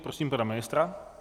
Prosím pana ministra.